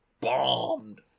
bombed